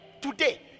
Today